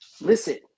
Listen